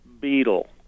beetle